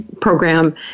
program